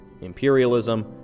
Imperialism